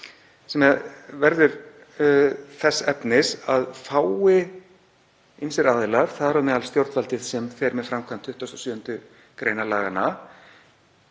verður þess efnis að fái ýmsir aðilar, þar á meðal stjórnvaldið sem fer með framkvæmd 27. gr. laganna,